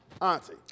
Auntie